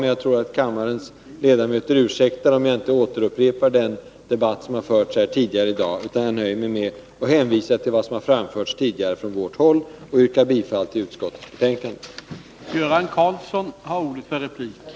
Men jag tror att kammarens ledamöter ursäktar mig om jag inte återupprepar den debatt som förts tidigare i dag. Jag nöjer mig med att hänvisa till vad som framförts tidigare från vårt håll och yrkar bifall till utskottets hemställan.